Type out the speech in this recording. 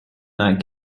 not